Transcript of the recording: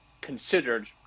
considered